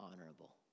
honorable